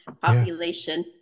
population